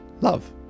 love